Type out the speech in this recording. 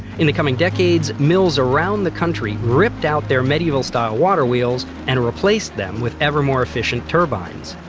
in the coming decades, mills around the country ripped out their medieval-style water wheels and replaced them with ever-more-efficient turbines.